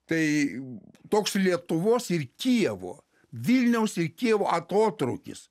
tai toks lietuvos ir kijevo vilniaus ir kijevo atotrūkis